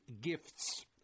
gifts